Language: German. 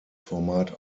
format